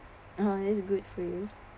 it's good for you